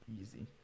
easy